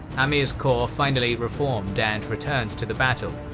amr's corps finally reformed and returned to the battle,